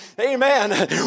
Amen